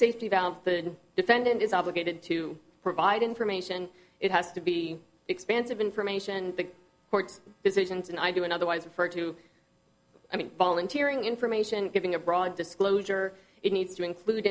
safety valve the defendant is obligated to provide information it has to be expansive information the court's decisions and i do and otherwise refer to i mean volunteering information giving a broad disclosure it needs to include